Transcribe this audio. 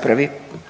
vam./… interes